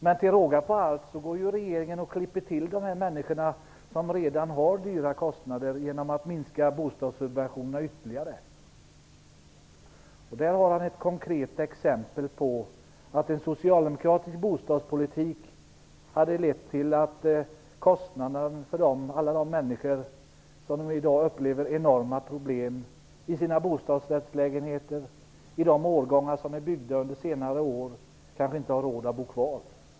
Men till råga på allt klipper regeringen till de människor som redan har höga kostnader genom att minska bostadssubventionerna ytterligare. Det är ett konkret exempel på att en socialdemokratisk bostadspolitik hade lett till lägre kostnader för alla dem som i dag har enorma problem med sina bostadsrättslägenheter, byggda under senare år, och som kanske inte har råd att bo kvar.